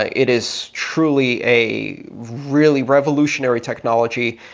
ah it is truly a really revolutionary technology.